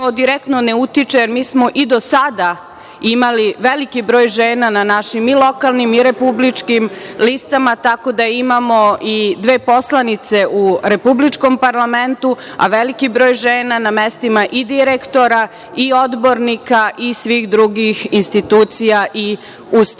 to direktno ne utiče, jer mi smo i do sada imali veliki broj žena na našim i lokalnim i republičkim listama tako da imamo i dve poslanice u republičkom parlamentu, a veliki broj žena na mestima i direktora i odbornika i svih drugih institucija i ustanova. Takođe,